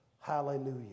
Hallelujah